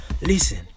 Listen